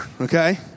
okay